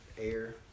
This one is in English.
air